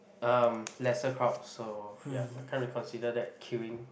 um lesser crowd so yup I can't really consider that queueing